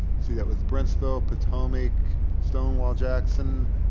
see that with brentsville, potomic, stonewall jackson,